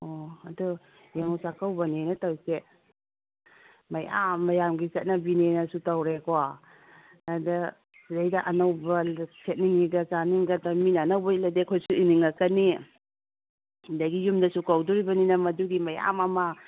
ꯑꯣ ꯑꯗꯨ ꯌꯦꯡꯎ ꯆꯥꯛꯀꯧꯕꯅꯦꯅ ꯇꯧꯔꯤꯁꯦ ꯃꯌꯥꯝ ꯃꯌꯥꯝꯒꯤ ꯆꯠꯅꯕꯤꯅꯦꯅꯁꯨ ꯇꯧꯔꯦꯀꯣ ꯑꯗ ꯁꯤꯗꯩꯗ ꯑꯅꯧꯕ ꯁꯦꯠꯅꯤꯡꯏꯒ ꯆꯥꯅꯤꯡꯏꯒ ꯃꯤꯅ ꯑꯅꯧꯕ ꯏꯜꯂꯗꯤ ꯑꯩꯈꯣꯏꯁꯨ ꯏꯟꯅꯤꯡꯂꯛꯀꯅꯤ ꯑꯗꯒꯤ ꯌꯨꯝꯗꯁꯨ ꯀꯧꯗꯣꯔꯤꯕꯅꯤꯅ ꯑꯗꯨꯒꯤ ꯃꯌꯥꯝ ꯑꯃ